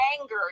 anger